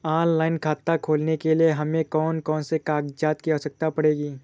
Online खाता खोलने के लिए हमें कौन कौन से कागजात की आवश्यकता पड़ेगी?